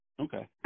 Okay